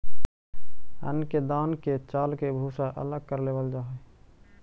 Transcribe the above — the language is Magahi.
अन्न के दान के चालके भूसा अलग कर लेवल जा हइ